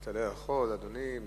אתה לא יכול, אדוני,